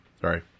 Sorry